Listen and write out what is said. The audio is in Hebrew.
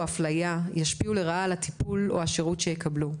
אפליה ישפיעו לרעה על הטיפול או השירות שהם יקבלו.